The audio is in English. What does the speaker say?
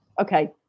Okay